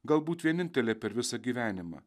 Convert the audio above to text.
galbūt vienintelė per visą gyvenimą